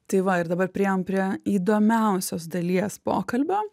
tai va ir dabar priėjom prie įdomiausios dalies pokalbio